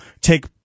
take